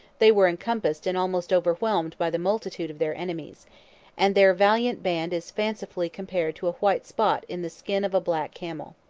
they were encompassed and almost overwhelmed by the multitude of their enemies and their valiant band is fancifully compared to a white spot in the skin of a black camel.